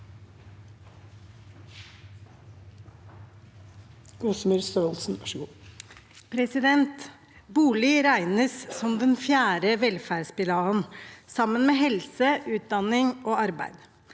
Bolig regnes som den fjerde velferdspilaren sammen med helse, utdanning og arbeid.